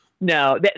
No